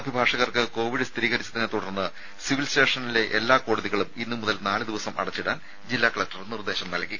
അഭിഭാഷകർക്ക് Covid കൊല്ലത്തെ സ്ഥിരീകരിച്ചതിനെത്തുടർന്ന് civil സ്റ്റേഷനിലെ എല്ലാ കോടതികളും ഇന്നുമുതൽ നാലു ദിവസം അടച്ചിടാൻ ജില്ലാ കലക്ടർ നിർദ്ദേശം നൽകി